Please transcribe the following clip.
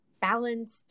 balanced